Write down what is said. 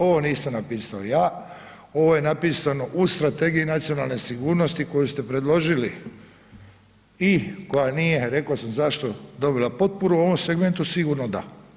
Ovo nisam napisao ja, ovo je napisano u strategiji nacionalne sigurnosti koju ste predložili i koja nije, rekao sam zašto dobila potporu, u ovom segmentu sigurno da.